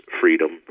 freedom